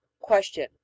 Question